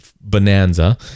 bonanza